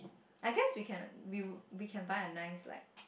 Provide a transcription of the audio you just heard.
I guess we can like we can buy a nice like